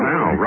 now